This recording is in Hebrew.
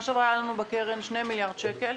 בשנה שעברה היה לנו בקרן שני מיליארד שקל,